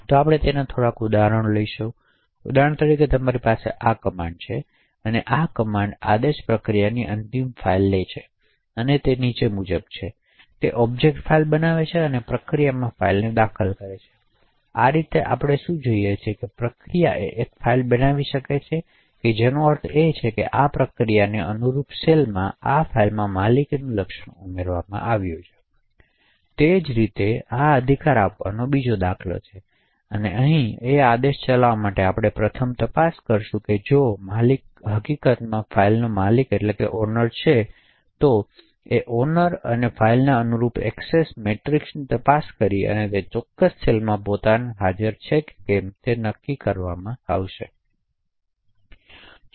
તો આપણે તેના થોડા ઉદાહરણો લઈશું ઉદાહરણ તરીકે તમારી પાસે આ કમાન્ડ છે તેથી આ કમાન્ડ આદેશ પ્રક્રિયાની અંતિમ ફાઇલ લે છે અને આદેશ નીચે મુજબ છે તેથી ઑબ્જેક્ટ ફાઇલ બનાવો અને પ્રક્રિયામાં ફાઇલ દાખલ કરો આ રીતે શું આપણે જોઈએ છીએ કે પ્રક્રિયા એક ફાઇલ બનાવી શકે છે જેનો અર્થ એ છે કે આ પ્રક્રિયાને અનુરૂપ સેલમાં અને આ ફાઇલમાં માલિકીનું લક્ષણ ઉમેરવામાં આવ્યું છે તે જ રીતે અધિકાર આપવાનો આ બીજો દાખલો છે તેથી આ આદેશ ચલાવવા માટે આપણે પ્રથમ તપાસ કરીશું જો માલિક હકીકતમાં ફાઇલનો માલિક છે તો માલિક અને ફાઇલને અનુરૂપ એએક્સેસ મેટ્રિક્સની તપાસ કરીને અને તે ચોક્કસ સેલમાં પોતાનો હાજર છે કે કેમ તે નક્કી કરીને આ તપાસવામાં આવે છે